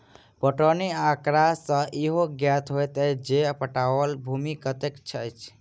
पटौनी आँकड़ा सॅ इहो ज्ञात होइत अछि जे पटाओल भूमि कतेक अछि